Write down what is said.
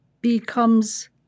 becomes